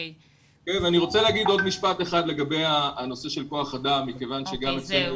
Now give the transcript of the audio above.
אני רוצה לומר עוד משפט אחד לגבי הנושא של כוח אדם מכיוון שגם אצלנו